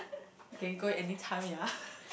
you can go anytime ya